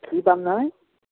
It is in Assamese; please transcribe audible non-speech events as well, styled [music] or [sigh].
[unintelligible] পাম নহয়